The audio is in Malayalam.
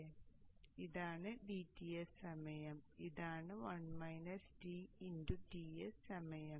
അതിനാൽ ഇതാണ് dTs സമയം ഇതാണ് 1 - dTs സമയം